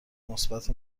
مثبت